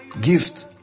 gift